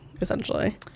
essentially